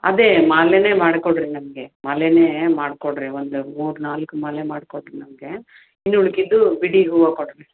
ಅದೇ ಮಾಲೆನೇ ಮಾಡ್ಕೊಡಿ ರೀ ನಮಗೆ ಮಾಲೆನೇ ಮಾಡ್ಕೊಡಿ ರೀ ಒಂದು ಮೂರು ನಾಲ್ಕು ಮಾಲೆ ಮಾಡ್ಕೊಡಿ ರೀ ನಮಗೆ ಇನ್ನು ಉಳ್ದಿದ್ದು ಬಿಡಿ ಹೂವು ಕೊಡಿರಿ